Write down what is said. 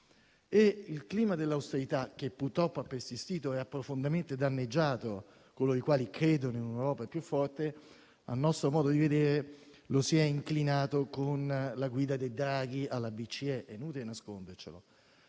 Il clima dell'austerità, che purtroppo ha persistito e ha profondamente danneggiato coloro i quali credono in un'Europa più forte, a nostro modo di vedere, si è inclinato con la guida di Draghi alla BCE: è inutile nascondercelo.